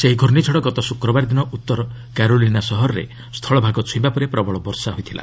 ଏହି ଘୂର୍ଷିଝଡ଼ ଗତ ଶୁକ୍ରବାର ଦିନ ଉତ୍ତର କାରୋଲିନା ସହରରେ ସ୍ଥଳଭାଗ ଚୂଇଁବା ପରେ ପ୍ରବଳ ବର୍ଷା ହୋଇଥିଲା